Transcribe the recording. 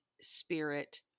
spirit